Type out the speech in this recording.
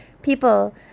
people